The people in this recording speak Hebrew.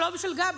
שלו ושל גבי.